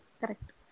Correct